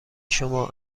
شما